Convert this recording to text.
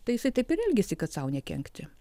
tai jisai taip ir elgiasi kad sau nekenkti